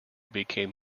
became